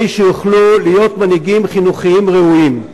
שיוכלו להיות מנהיגים חינוכיים ראויים,